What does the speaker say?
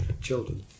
children